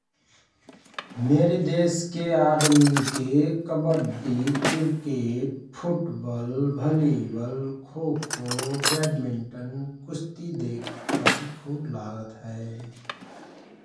मेरि देशके आदमी के कबड्डी क्रिकेट, फुटबल, भलिवल, खोखो, ब्याड मिन्टन, कुस्ति दि खासी खुव लागत हय ।